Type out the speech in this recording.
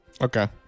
Okay